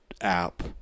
app